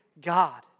God